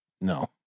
No